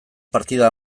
partida